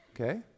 okay